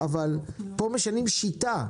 פה משנים שיטה,